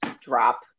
drop